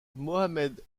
mohammed